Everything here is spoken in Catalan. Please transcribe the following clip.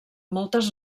moltes